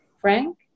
Frank